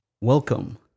Welcome